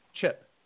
Chip